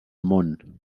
món